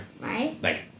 Right